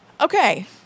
okay